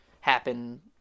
happen